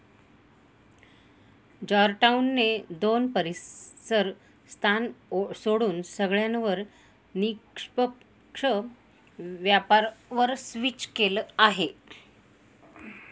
Georgetown ने दोन परीसर स्थान सोडून सगळ्यांवर निष्पक्ष व्यापार वर स्विच केलं आहे